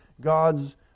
God's